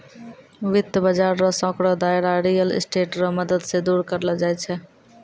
वित्त बाजार रो सांकड़ो दायरा रियल स्टेट रो मदद से दूर करलो जाय छै